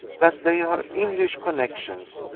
that they are english connections.